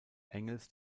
engels